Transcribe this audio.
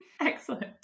Excellent